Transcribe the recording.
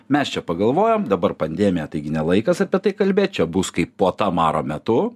mes čia pagalvojom dabar pandemija taigi ne laikas apie tai kalbėt čia bus kaip puota maro metu